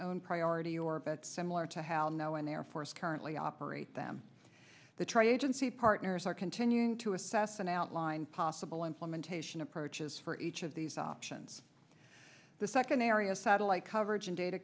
own priority orbit similar to how now an air force currently operate them the tried agency partners are continuing to assess an outline possible implementation approaches for each of these options the second area satellite coverage and data